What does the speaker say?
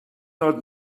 not